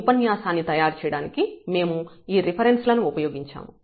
ఈ ఉపన్యాసం ను తయారుచేయడానికి మేము ఈ రిఫరెన్స్ లను ఉపయోగించాము